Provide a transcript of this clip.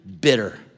bitter